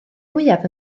mwyaf